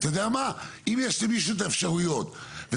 המשאבים מוגבלים